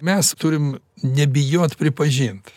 mes turim nebijot pripažint